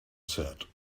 said